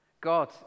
God